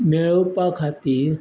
मेळोवपा खातीर